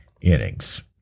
innings